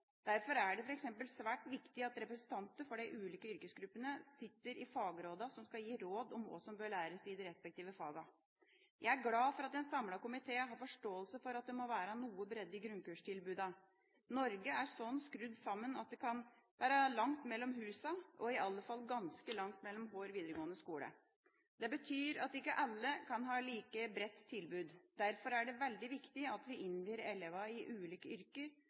Derfor er det f.eks. svært viktig at representanter for de ulike yrkesgruppene sitter i de fagrådene som skal gi råd om hva som bør læres i de respektive fagene. Jeg er glad for at en samlet komité har forståelse for at det må være noe bredde i grunnkurstilbudene. Norge er sånn skrudd sammen at det kan være langt mellom husene og i alle fall ganske langt mellom hver videregående skole. Det betyr at ikke alle kan ha like bredt tilbud. Derfor er det veldig viktig at vi innvier elevene i ulike yrker